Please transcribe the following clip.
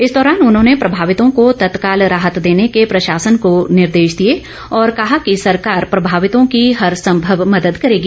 इस दौरान उन्होंने प्रभावितों को तत्काल राहत देने को प्रशासन को निर्देश दिए और कहा कि सरकार प्रभावितों की हर संभव मदद करेगी